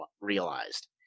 realized